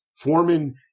Foreman